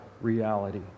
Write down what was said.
reality